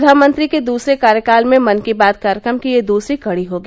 प्रधानमंत्री के दूसरे कार्यकाल में मन की बात कार्यक्रम की यह दूसरी कड़ी होगी